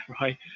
right